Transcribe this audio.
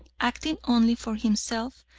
acting only for himself,